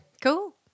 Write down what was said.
Cool